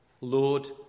Lord